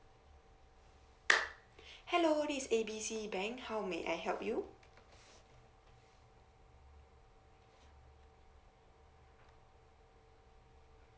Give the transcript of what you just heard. hello this is A B C bank how may I help you